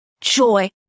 joy